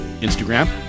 Instagram